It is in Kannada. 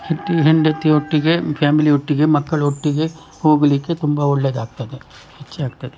ಮತ್ತೆ ಹೆಂಡತಿ ಒಟ್ಟಿಗೆ ಫ್ಯಾಮಿಲಿ ಒಟ್ಟಿಗೆ ಮಕ್ಕಳೊಟ್ಟಿಗೆ ಹೋಗಲಿಕ್ಕೆ ತುಂಬ ಒಳ್ಳೆದಾಗ್ತದೆ ಹೆಚಿಯಾಗ್ತದೆ